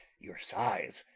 your sighs,